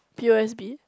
p_o_s_b